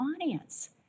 audience